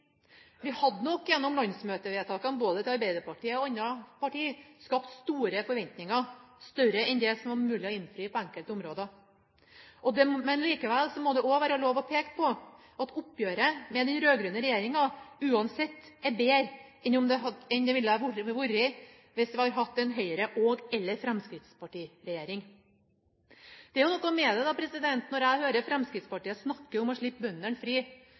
Vi hadde nok gjennom landsmøtevedtakene til både Arbeiderpartiet og andre partier skapt store forventninger, større enn det som var mulig å innfri på enkelte områder. Likevel må det være lov til å peke på at oppgjøret med den rød-grønne regjeringen uansett er bedre enn det ville vært hvis vi hadde hatt en Høyre- og Fremskrittsparti-regjering. Når jeg hører Fremskrittspartiet snakke om å slippe bøndene fri,